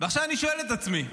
ועכשיו אני שואל את עצמי,